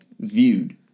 viewed